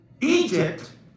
Egypt